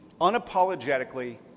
unapologetically